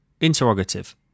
Interrogative